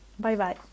Bye-bye